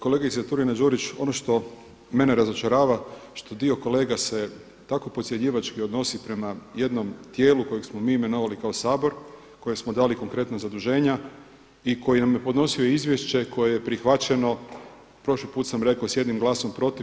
Kolegice Turina-Đurić, ono što mene razočarava, što dio kolega se tako podcjenjivački odnosi prema jednom tijelu kojeg smo mi imenovali kao Sabor, kojem smo dali konkretna zaduženja i koje nam je podnosio izvješće koje je prihvaćeno – prošli put sam rekao – s jednim glasom protiv.